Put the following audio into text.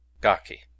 Gaki